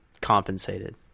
compensated